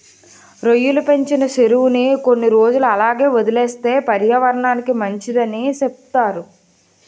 రొయ్యలు పెంచిన సెరువుని కొన్ని రోజులు అలాగే వదిలేస్తే పర్యావరనానికి మంచిదని సెప్తారు